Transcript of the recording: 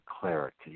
clarity